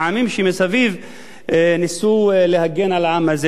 העמים שמסביב ניסו להגן על העם הזה,